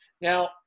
Now